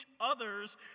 others